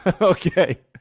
okay